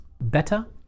better